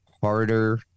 Harder